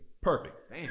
Perfect